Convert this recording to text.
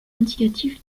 indicatif